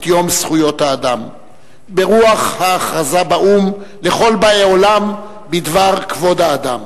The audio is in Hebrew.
את יום זכויות האדם ברוח ההכרזה באו"ם לכל באי עולם בדבר כבוד האדם.